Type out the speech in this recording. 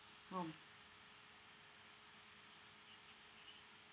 room